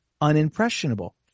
unimpressionable